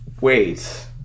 Wait